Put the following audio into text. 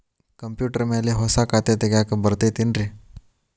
Computer ಮ್ಯಾಲೆ ಹೊಸಾ ಖಾತೆ ತಗ್ಯಾಕ್ ಬರತೈತಿ ಏನ್ರಿ?